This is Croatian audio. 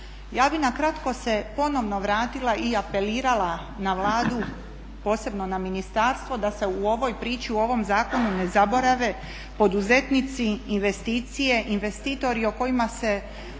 Ja bi na kratko se ponovno vratila i apelirala na Vladu posebno na ministarstvo da se u ovoj priči u ovom zakonu ne zaborave poduzetnici, investicije, investitori u koje se